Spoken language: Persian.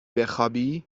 بخوابی